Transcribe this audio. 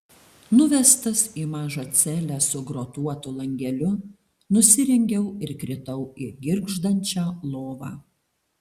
nuvestas į mažą celę su grotuotu langeliu nusirengiau ir kritau į girgždančią lovą